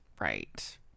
right